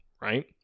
right